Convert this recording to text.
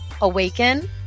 awaken